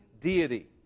deity